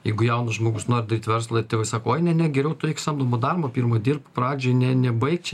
jeigu jaunas žmogus nori daryt verslą ir tėvai sako oi ne ne geriau tu eik samdomo darbo pirma dirbk pradžioj ne ne baik čia